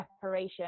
separation